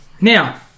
Now